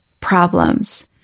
problems